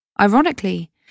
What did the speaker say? Ironically